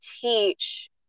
teach